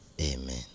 Amen